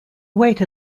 wait